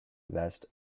vest